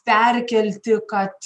perkelti kad